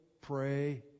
pray